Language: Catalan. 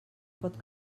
pot